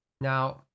Now